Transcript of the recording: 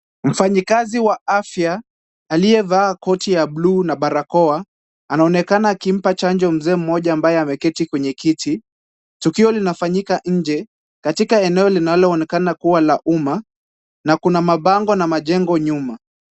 Mfanyikazi wa afya, aliyevaa koti ya blue na barakoa, anaonekana akimpa chanjo mzee mmoja ambaye ameketi kwenye kiti. Tukio linafanyika nje, katika eneo linaloonekana kuwa la umma na kuna mabango na majengo nyuma.